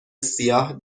سیاه